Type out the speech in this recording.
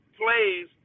plays